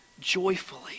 joyfully